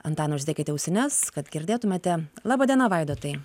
antanai užsidėkite ausines kad girdėtumėte laba diena vaidotai